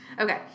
Okay